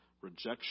rejection